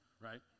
right